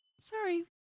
Sorry